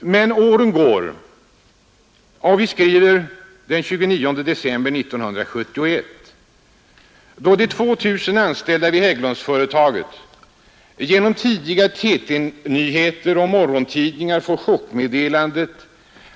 Men åren går, och vi skriver den 29 december 1971 då de 2 000 anställda vid Hägglundföretaget genom tidiga TT-nyheter och morgontidningar får chockmeddelandet